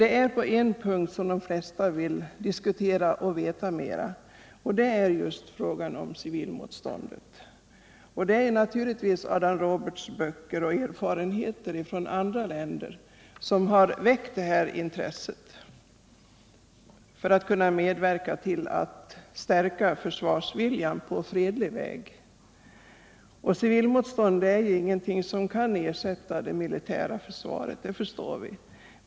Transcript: Det är en punkt som de flesta vill diskutera och veta mer om, och det är just civilmotståndet. Det är naturligtvis Adam Roberts böcker och erfarenheter från andra länder som väckt detta intresse att medverka till att stärka försvarsviljan på fredlig väg. Civilmotstånd kan inte ersätta det militära försvaret — det förstår vi.